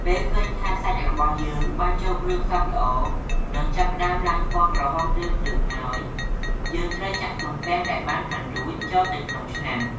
ពេលឃើញថាសាច់របស់យើងបានចូលគ្រឿងសព្វល្អ និងចាប់ផ្ដើមឡើងពណ៌ក្រហមព្រឿងៗហើយ យើងត្រូវចាក់ទំពាំងដែលបានហាន់រួចចូលទៅក្នុងឆ្នាំង។